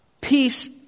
Peace